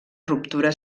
ruptura